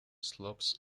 slopes